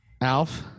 Alf